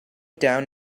down